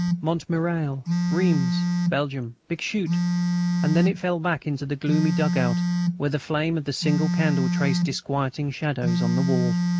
montmirail, reims. belgium, bixschoote and then it fell back into the gloomy dug-out where the flame of the single candle traced disquieting shadows on the wall.